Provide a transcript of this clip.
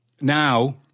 now